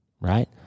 Right